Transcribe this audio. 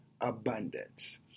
abundance